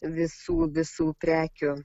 visų visų prekių